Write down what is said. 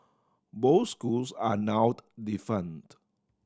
both schools are now defunct